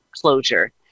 closure